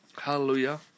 Hallelujah